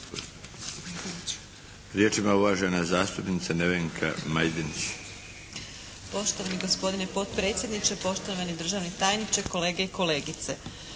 Riječ ima uvažena zastupnica Nevenka Majdenić. **Majdenić, Nevenka (HDZ)** Poštovani gospodine potpredsjedniče, poštovani državni tajniče, kolege i kolegice.